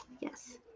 Yes